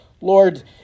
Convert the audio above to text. Lord